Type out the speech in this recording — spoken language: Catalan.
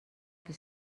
que